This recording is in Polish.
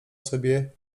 sobie